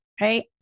right